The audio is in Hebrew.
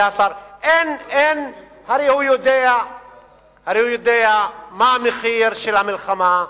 הוא לא, הרי הוא יודע מה המחיר של המלחמה,